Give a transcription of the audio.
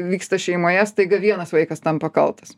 vyksta šeimoje staiga vienas vaikas tampa kaltas